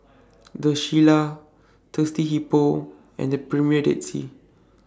The Shilla Thirsty Hippo and The Premier Dead Sea